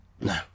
No